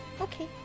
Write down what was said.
Okay